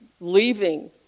leaving